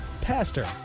Pastor